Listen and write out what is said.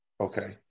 Okay